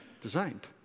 designed